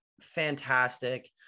fantastic